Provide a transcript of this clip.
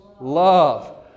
love